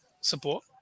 support